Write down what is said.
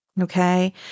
Okay